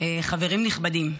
חברים נכבדים,